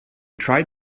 tried